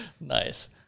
Nice